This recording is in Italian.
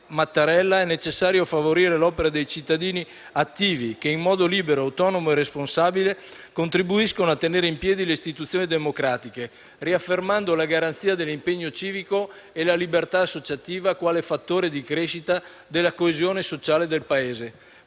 Mattarella, è necessario favorire l'opera dei cittadini attivi che in modo libero, autonomo e responsabile contribuiscono a tenere in piedi le istituzioni democratiche, riaffermando la garanzia dell'impegno civico e la libertà associativa quale fattore di crescita della coesione sociale del Paese;